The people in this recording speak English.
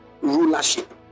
rulership